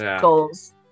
goals